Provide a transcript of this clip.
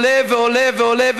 עולה ועולה ועולה,